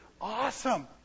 Awesome